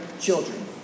children